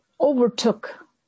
overtook